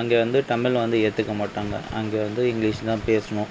அங்கே வந்து தமிழ வந்து ஏற்றுக்க மாட்டாங்க அங்கே வந்து இங்கிலீஷ் தான் பேசணும்